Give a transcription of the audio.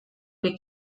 que